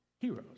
heroes